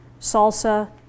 salsa